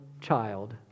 child